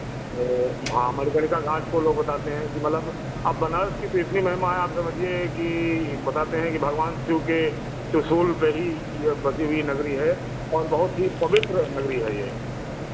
ओ हाँ मणिकर्णिका घाट को लोग बताते हैं कि मतलब अब बनारस की तो इतनी महिमा है आप समझिए कि बताते हैं कि भगवान शिव के त्रिशूल पे ही ये बसी हुई नगरी है और बहुत ही पवित्र नगरी है ये